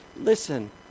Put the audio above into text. listen